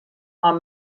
are